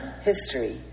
history